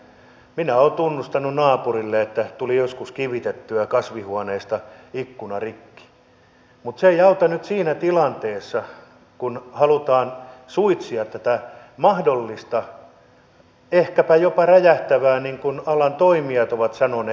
minä olen tunnustanut naapurille että tuli joskus kivitettyä kasvihuoneesta ikkuna rikki mutta se ei auta nyt siinä tilanteessa kun halutaan suitsia tätä mahdollista ehkäpä jopa räjähtävää asiaa niin kuin alan toimijat ovat sanoneet